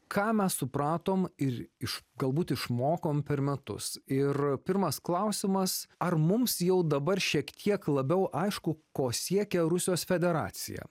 ką mes supratom ir iš galbūt išmokom per metus ir pirmas klausimas ar mums jau dabar šiek tiek labiau aišku ko siekia rusijos federacija